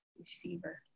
Receiver